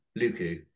Luku